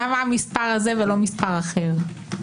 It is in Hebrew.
למה המספר הזה ולא מספר אחר?